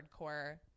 hardcore